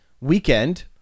weekend